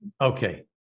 Okay